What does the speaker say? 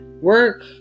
work